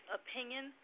opinion